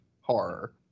horror